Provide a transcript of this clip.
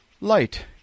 Light